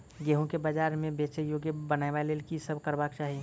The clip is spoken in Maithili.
गेंहूँ केँ बजार मे बेचै योग्य बनाबय लेल की सब करबाक चाहि?